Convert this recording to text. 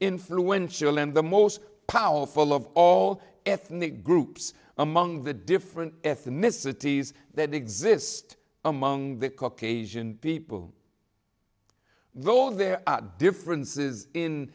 influential and the most powerful of all ethnic groups among the different ethnicities that exist among the caucasian people though there are differences in